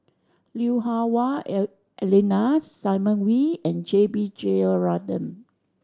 Lui Hah Wah Elena Simon Wee and J B Jeyaretnam